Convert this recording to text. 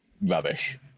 rubbish